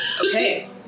Okay